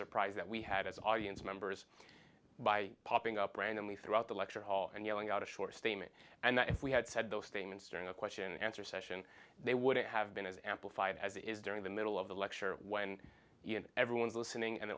surprise that we had as audience members by popping up randomly throughout the lecture hall and yelling out a short statement and that if we had said those statements during a question and answer session they wouldn't have been as amplified as he is during the middle of the lecture when everyone's listening and